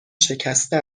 شکسته